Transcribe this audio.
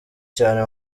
cyane